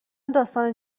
داستان